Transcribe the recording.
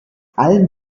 allen